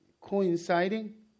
coinciding